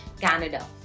Canada